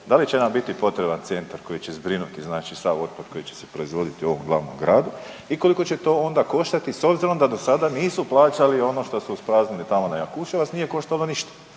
Da li će nam biti potreban centar koji će zbrinuti znači sav otpad koji će proizvoditi u ovom glavnom gradu i koliko će to onda koštati s obzirom da do sada nisu plaćali ono što su ispraznili tamo na Jakuševac, nije koštalo ništa.